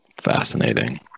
fascinating